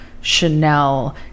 Chanel